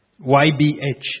Y-B-H